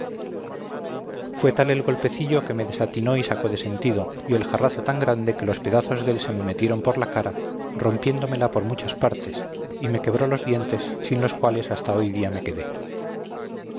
fué tal el golpecillo que me desatinó y sacó de sentido y el jarrazo tan grande que los pedazos dél se me metieron por la cara rompiéndomela por muchas partes y me quebró los dientes sin los cuales hasta hoy día me quedé